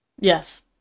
Yes